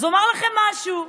אז אומר לכם משהו,